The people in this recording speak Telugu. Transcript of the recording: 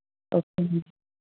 ఓకే అండి